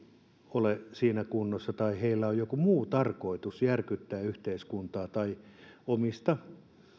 ole kunnossa tai joilla on joku muu tarkoitus järkyttää yhteiskuntaa tai omista